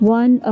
one